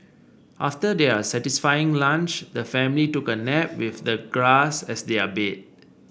after their satisfying lunch the family took a nap with the grass as their bed